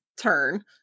turn